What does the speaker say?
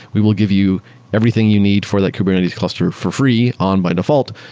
we will give you everything you need for that kubernetes cluster for free on by default.